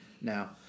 Now